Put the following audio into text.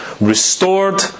restored